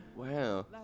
Wow